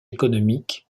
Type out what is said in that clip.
économique